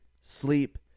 sleep